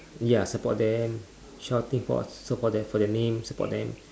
ya support them shouting for support them for their names support them